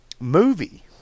movie